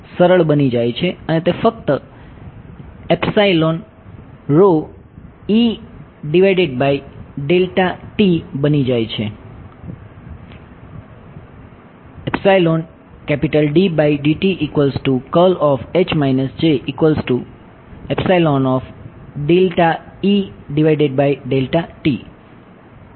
તેથી તે ની જેમ સરળ બની જાય છે અને તે ફક્ત બની જાય છે